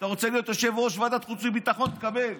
אתה רוצה להיות יושב-ראש ועדת חוץ וביטחון, תקבל.